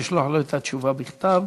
לשלוח לו את התשובה בכתב.